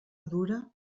dura